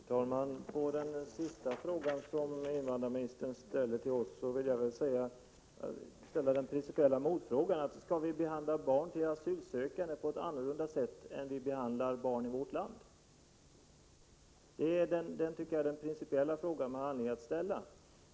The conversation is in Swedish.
Fru talman! När det gäller den senaste frågan som invandrarministern ställde till oss vill jag ställa en principiell motfråga: Skall vi behandla barn till asylsökande på ett annorlunda sätt än vi behandlar andra barn i vårt land? Det är den principiella fråga man har anledning att ställa.